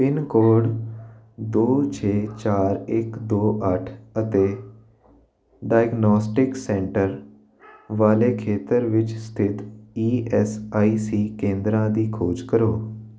pin code ਦੋ ਛੇ ਚਾਰ ਇੱਕ ਦੋ ਅੱਠ ਅਤੇ ਡਾਇਗਨੌਸਟਿਕ ਸੈਂਟਰ ਵਾਲੇ ਖੇਤਰ ਵਿੱਚ ਸਥਿਤ ਈ ਐਸ ਆਈ ਸੀ ਕੇਂਦਰਾਂ ਦੀ ਖੋਜ ਕਰੋ